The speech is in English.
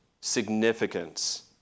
significance